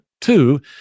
Two